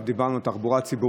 דיברנו עכשיו על תחבורה ציבורית,